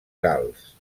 gals